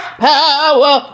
power